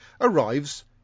arrives